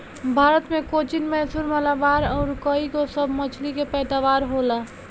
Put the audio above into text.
भारत मे कोचीन, मैसूर, मलाबार अउर कुर्ग इ सभ मछली के पैदावार होला